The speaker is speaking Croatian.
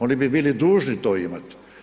Oni bi bili dužni to imat.